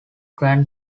gran